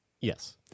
Yes